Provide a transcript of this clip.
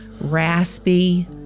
raspy